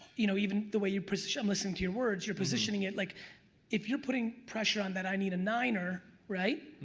you know even the way you position listen to your words you're positioning it like if you're putting pressure on that i need a niner, right?